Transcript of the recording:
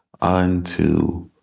unto